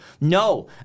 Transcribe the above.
no